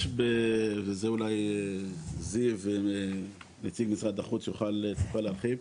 אולי זיו נציג משרד החוץ יוכל להרחיב,